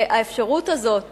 האפשרות הזאת